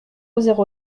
zéro